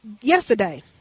yesterday